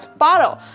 bottle 。